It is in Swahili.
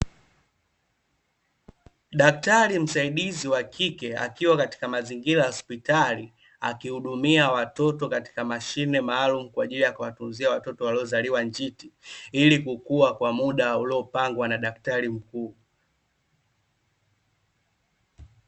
Daktari msaidizi wa kike, akiwa katika mazingira ya hospitali, akihudumia watoto katika mashine maalum kwaajili ya kuwatunzia watoto waliozaliwa njiti, ili kukua kwa muda uliopangwa na daktari mkuu.